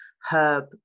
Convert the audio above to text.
herb